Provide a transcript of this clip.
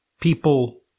people